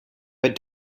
but